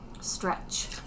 Stretch